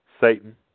Satan